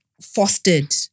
fostered